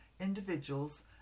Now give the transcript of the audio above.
individuals